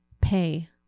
pay